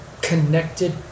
connected